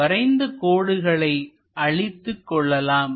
வரைந்த கோடுகளை அழித்துக் கொள்ளலாம்